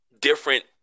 different